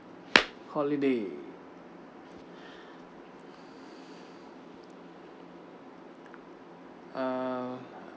holiday uh